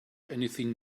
anything